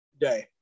day